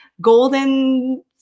Golden